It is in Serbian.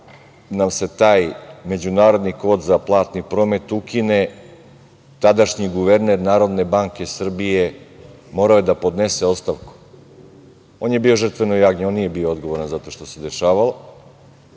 nam se taj međunarodni kod za platni promet ukine, tadašnji guverner Narodne banke Srbije morao je da podnese ostavku. On je bio žrtveno jagnje, on nije bio odgovoran za to što se dešavalo,